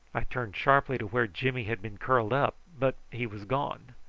i turned sharply to where jimmy had been curled up, but he was gone.